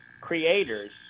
creators